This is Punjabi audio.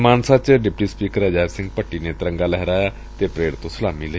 ਮਾਨਸਾ ਚ ਡਿਪਟੀ ਸਪੀਕਰ ਅਜਾਇਬ ਸਿੰਘ ਭੱਟੀ ਨੇ ਤਿਰੰਗਾ ਲਹਿਰਾਇਆ ਅਤੇ ਪਰੇਡ ਤੋਂ ਸਲਾਮੀ ਲਈ